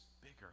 bigger